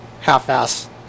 half-ass